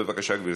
בבקשה, גברתי.